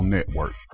Network